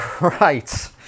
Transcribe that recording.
Right